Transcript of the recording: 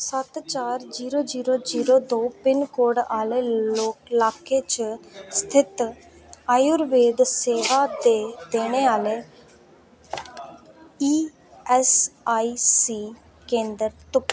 सत्त चार zero zero zero दो पिन कोड आह्ले लो लाह्के च स्थित आयुर्वेद सेवा दे देने आह्ले ई ऐस्स आई सी केंदर तुप्पो